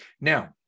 now